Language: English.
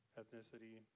ethnicity